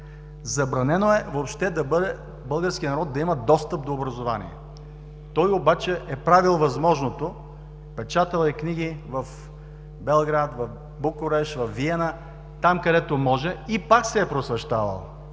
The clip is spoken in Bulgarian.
Забранено е въобще българският народ да има достъп до образование. Той обаче е правил възможното, печатал е книги в Белград, Букурещ, Виена, там, където може, и пак се е просвещавал.